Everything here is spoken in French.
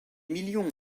millions